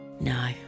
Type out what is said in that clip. No